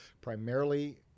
primarily